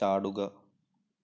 ചാടുക